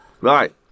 Right